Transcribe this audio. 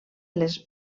les